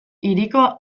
hiriko